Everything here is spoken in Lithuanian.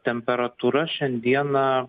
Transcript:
temperatūra šiandieną